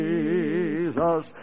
Jesus